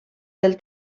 del